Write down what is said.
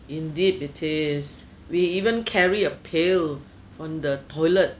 indeed it is we even carry a pail on the toilet